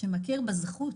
שמכיר בזכות.